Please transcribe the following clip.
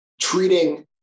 treating